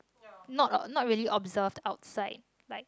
not not really observed outside like